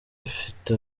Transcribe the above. afite